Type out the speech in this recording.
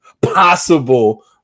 possible